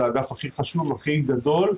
וזה האגף הכי חשוב והכי גדול,